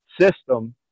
system